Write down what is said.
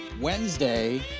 Wednesday